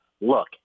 look